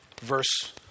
verse